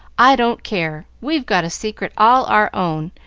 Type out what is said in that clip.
i don't care, we've got a secret all our own,